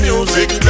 Music